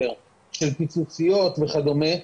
יותר של פיצוציות וכדומה,